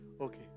okay